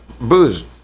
booze